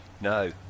No